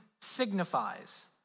signifies